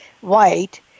white